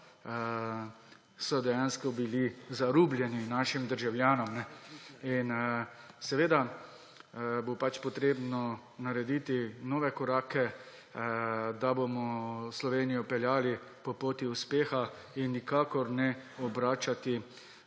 so dejansko bili zarubljeni našim državljanom. In seveda bo potrebno narediti nove korake, da bomo Slovenijo peljali po poti uspeha. In nikakor ne obračati